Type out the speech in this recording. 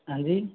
हाँ जी